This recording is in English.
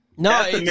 No